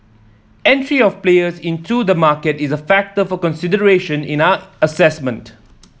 entry of players into the market is a factor for consideration in our assessment